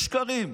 בשקרים.